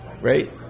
Right